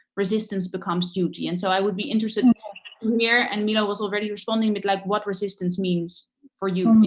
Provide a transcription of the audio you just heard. resistance becomes duty. and so i would be interested to hear and milo also already responding with like what resistance means for you know and